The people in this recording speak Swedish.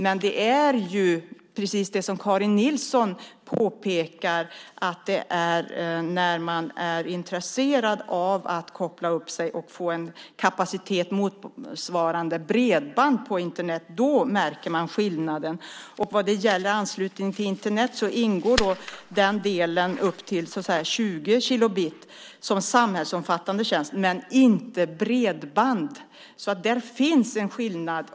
Men det är, precis som Karin Nilsson påpekar, när man är intresserad av att koppla upp sig och få en kapacitet motsvarande bredband på Internet som man märker skillnaden. Och vad gäller anslutningen till Internet ingår då den delen upp till 20 kilobit som samhällsomfattande tjänst men inte bredband. Där finns det en skillnad.